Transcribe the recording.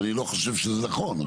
אני לא חושב שזה נכון.